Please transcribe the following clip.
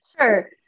sure